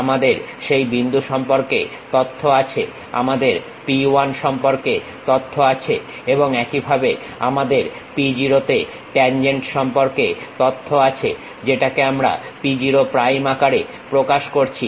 আমাদের সেই বিন্দু সম্পর্কে তথ্য আছে আমাদের p 1 সম্পর্কে তথ্য আছে এবং একইভাবে আমাদের p 0 তে ট্যানজেন্ট সম্পর্কে তথ্য আছে যেটাকে আমরা p 0 প্রাইম আকারে প্রকাশ করছি